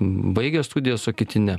baigia studijas o kiti ne